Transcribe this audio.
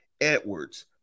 Edwards